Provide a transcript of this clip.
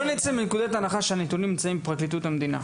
בואו נצא מנקודת הנחה הנתונים נמצאים בפרקליטות המדינה.